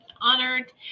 Honored